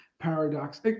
paradox